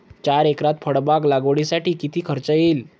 चार एकरात फळबाग लागवडीसाठी किती खर्च येईल?